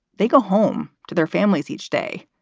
they go home to their families each day.